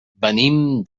venim